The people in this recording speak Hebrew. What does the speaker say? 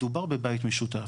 מדובר בבית משותף.